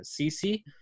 CC